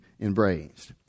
embraced